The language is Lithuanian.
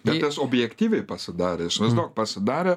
bet tas objektyviai pasidarė įsivaizduok pasidarė